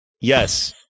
Yes